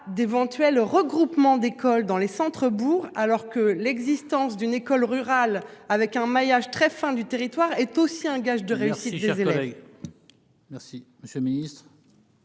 d'éventuels regroupements d'écoles dans les centre-bourgs alors que l'existence d'une école rurale avec un maillage très fin du territoire est aussi un gage de rire.